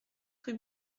rue